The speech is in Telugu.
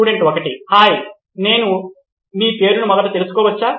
స్టూడెంట్ 1 హాయ్ నేను మీ పేరును మొదట తెలుసుకోవచ్చా